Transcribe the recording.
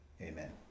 Amen